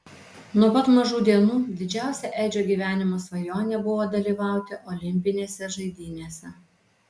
nuo pat mažų dienų didžiausia edžio gyvenimo svajonė buvo dalyvauti olimpinėse žaidynėse